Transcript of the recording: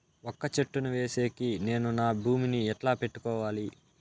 వక్క చెట్టును వేసేకి నేను నా భూమి ని ఎట్లా పెట్టుకోవాలి?